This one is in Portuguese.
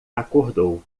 acordou